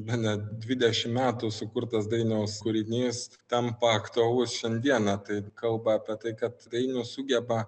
bene dvidešimt metų sukurtas dainiaus kūrinys tampa aktualus šiandieną tai kalba apie tai kad dainius sugeba